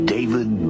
David